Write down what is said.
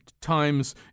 Times